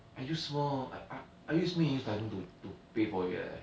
I use more I mean I use diamond to pay for it eh